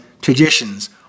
traditions